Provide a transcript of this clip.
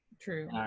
True